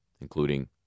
including